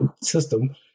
system